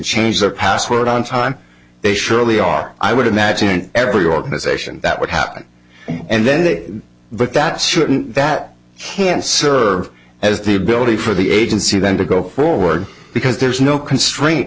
change their password on time they surely are i would imagine every organization that would happen and then that but that shouldn't that can serve as the ability for the agency then to go forward because there's no constrain